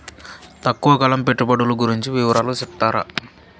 తక్కువ కాలం పెట్టుబడులు గురించి వివరాలు సెప్తారా?